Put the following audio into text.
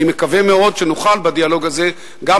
אני מקווה מאוד שנוכל בדיאלוג הזה גם